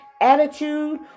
attitude